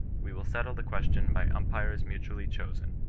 we will settle the question by imipires mutually chosen